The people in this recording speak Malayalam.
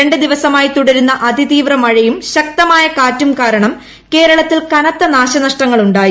രണ്ട് ദിവസമായി തുടരുന്ന അതിതീവ്രമഴയൂഠിശ്ക്തമായ കാറ്റും കാരണം കേരളത്തിൽ കനത്ത നാശ നഷ്ടങ്ങളുണ്ട്ടായി